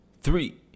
three